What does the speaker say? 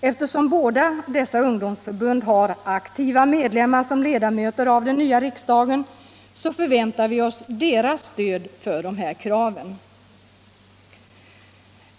Eftersom båda dessa ungdomsförbund har aktiva medlemmar som ledamöter av den nya riksdagen förväntar vi oss deras stöd för de här kraven.